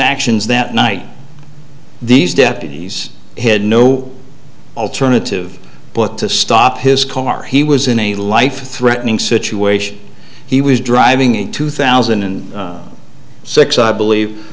actions that night these deputies had no alternative but to stop his car he was in a life threatening situation he was driving in two thousand and six i believe